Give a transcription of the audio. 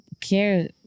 Care